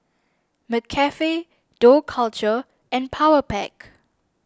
McCafe Dough Culture and Powerpac